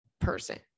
person